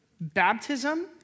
baptism